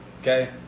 Okay